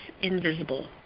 invisible